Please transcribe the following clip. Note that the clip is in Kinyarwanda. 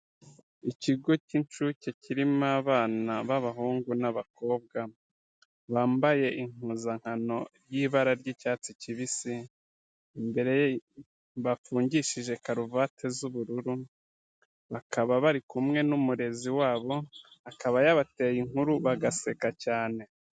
Ikigo cy'incuke kirimo abana b'abahungu n'abakobwa, bambaye impuzankano y'ibara ry'icyatsi kibisi, imbere bafungishije karuvati z'ubururu, bakaba bari kumwe n'umurezi wabo, akaba yabateye inkuru bagaseka cyane.